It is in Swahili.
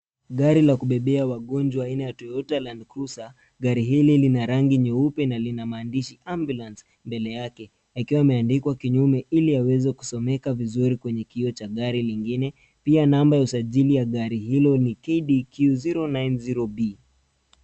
Gari la kubebea wagonjwa aina ya Toyota Landcruiser, gari hili lina rangi nyeupe na lina maandishi AMBULANCE mbele yake, yakiwa yameandikwa kinyume ili yaweze kusomeka vizuri kwenye kio cha gari lingine, pia namba ya usajili ya gari hilo ni KDQ 090B.